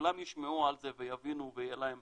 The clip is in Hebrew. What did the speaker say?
שכולם ישמעו על זה ויבינו ויהיה להם